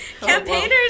Campaigners